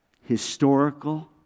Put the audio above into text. historical